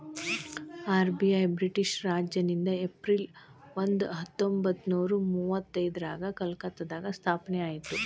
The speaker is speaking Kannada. ಆರ್.ಬಿ.ಐ ಬ್ರಿಟಿಷ್ ರಾಜನಿಂದ ಏಪ್ರಿಲ್ ಒಂದ ಹತ್ತೊಂಬತ್ತನೂರ ಮುವತ್ತೈದ್ರಾಗ ಕಲ್ಕತ್ತಾದಾಗ ಸ್ಥಾಪನೆ ಆಯ್ತ್